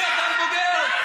אני אדם בוגר.